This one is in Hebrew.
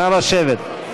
נא לשבת.